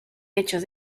hechos